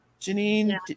Janine